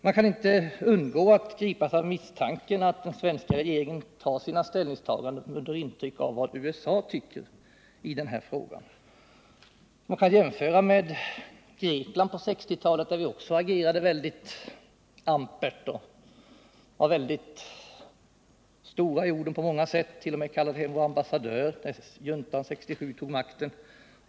Man kan inte undgå att gripas av misstanken att den svenska regeringen tar intryck av vad USA tycker i den här frågan. Vi kan jämföra Nicaragua med Grekland på 1960-talet, där vi också agerade väldigt ampert och var stora i orden på många sätt. kallade hem vår ambassadör i Grekland när juntan år 1967 tog makten.